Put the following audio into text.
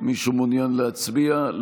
מישהו מעוניין להצביע?